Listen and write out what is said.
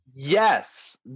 Yes